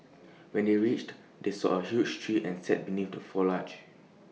when they reached they saw A huge tree and sat beneath the foliage